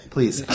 Please